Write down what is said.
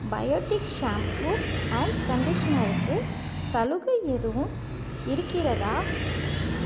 Biotique shampoo and கண்டிஷனருக்கு சலுகை எதுவும் இருக்கிறதா